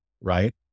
right